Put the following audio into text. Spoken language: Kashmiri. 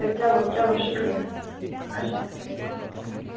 ہے چلو چلو شُکریہ اَچھا اسلام علیکُم